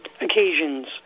occasions